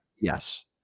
Yes